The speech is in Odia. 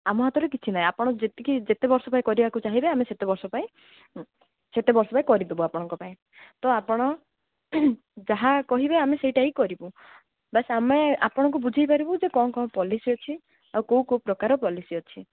ଆମ ହାତରେ କିଛି ନାହିଁ ଆପଣ ଯେତିକି ଯେତେ ବର୍ଷ ପାଇଁ କରିବା ପାଇଁ ଚାହିଁବେ ଆମେ ସେତେବର୍ଷ ପାଇଁ ସେତ ବର୍ଷ ପାଇଁ କରିଦେବୁ ଆପଣଙ୍କ ପାଇଁ ତ ଆପଣ ଯାହା କହିବେ ଆମେ ସେଇଟା ହିଁ କରିବୁ ବାସ୍ ଆମେ ଆପଣଙ୍କୁ ବୁଝାଇପାରିବୁ ଯେ କ'ଣ କ'ଣ ପଲିସି ଅଛି ଆଉ କେଉଁ କେଉଁ ପ୍ରକାର ପଲିସି ଅଛି